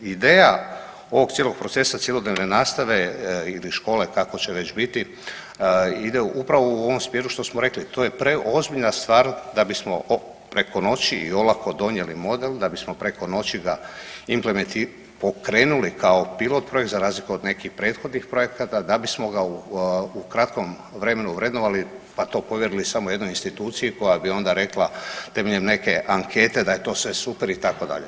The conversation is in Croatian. Ideja ovog cijelog procesa cjelodnevne nastave ili škole kako će već biti ide upravo u ovom smjeru što smo rekli, to je preozbiljna stvar da bismo preko noći i olako donijeli model, da bismo preko noći ga pokrenuli kao pilot projekt za razliku od nekih prethodnih projekata, da bismo ga u kratkom vremenu vrednovali, pa to povjerili samo jednoj instituciji koja bi onda rekla temeljem neke ankete da je to sve super itd.